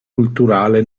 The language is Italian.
culturale